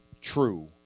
true